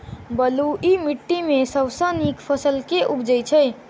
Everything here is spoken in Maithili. बलुई माटि मे सबसँ नीक फसल केँ उबजई छै?